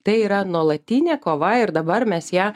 tai yra nuolatinė kova ir dabar mes ją